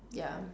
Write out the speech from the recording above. ya